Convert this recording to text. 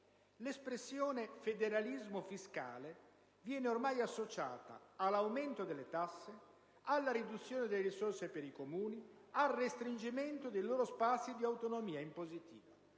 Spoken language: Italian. l'espressione «federalismo fiscale» viene ormai associata all'aumento delle tasse, alla riduzione delle risorse per i Comuni, al restringimento dei loro spazi di autonomia impositiva.